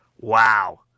Wow